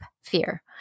fear